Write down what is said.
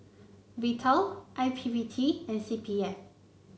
Vital I P P T and C P F